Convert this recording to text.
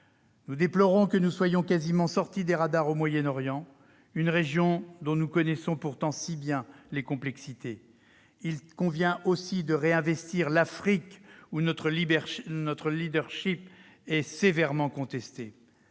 Je déplore que nous soyons quasiment sortis des radars au Moyen-Orient, une région dont nous connaissons si bien les complexités. Il convient aussi de réinvestir l'Afrique, où notre est sévèrement contesté.